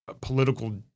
political